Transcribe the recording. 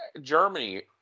Germany